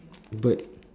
bird